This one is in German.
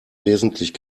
wesentlich